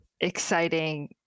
exciting